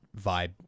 vibe